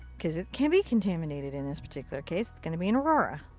cause it can be contaminated in this particular case. it's gonna be an aurora.